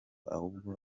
ahubwo